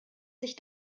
sich